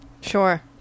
Sure